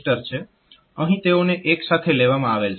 અહીં તેઓને એક સાથે લેવામાં આવેલ છે